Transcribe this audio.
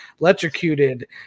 electrocuted